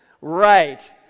right